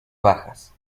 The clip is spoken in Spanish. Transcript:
bajas